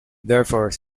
therefore